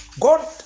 god